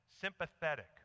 sympathetic